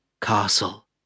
castle